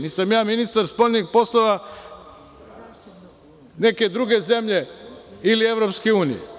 Nisam ja ministar spoljnih poslova neke druge zemlje, ili EU.